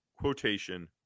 quotation